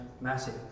Massive